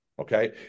Okay